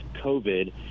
COVID